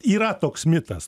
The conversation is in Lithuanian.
yra toks mitas